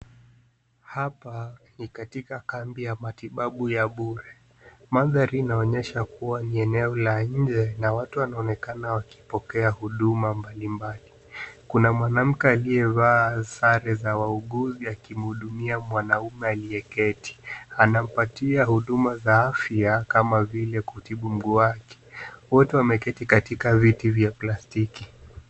Hapa ni katika kambi ya matibabu ya bure. Mandhari inaonyesha kuwa ni eneo la nje na watu wanaonekana wakipokea huduma mbalimbali. Kuna mwanamke aliyevaa sare za wauguzi akimhudumia mwanaume aliyeketi. Anampatia huduma za afya kama vile kutibu mguu wake. Wote wameketi katiki viti vya plastiki.